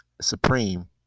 supreme